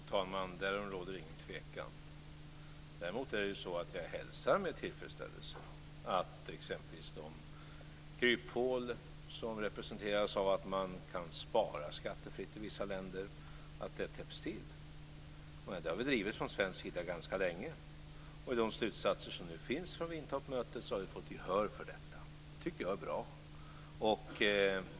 Fru talman! Därom råder ingen tvekan. Däremot hälsar jag med tillfredsställelse att exempelvis de kryphål, som representeras av att man i vissa länder kan spara skattefritt, täpps till. Det har vi drivit från svensk sida ganska länge. I de slutsatser som nu finns från Wientoppmötet har vi fått gehör för detta. Det tycker jag är bra.